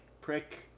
Prick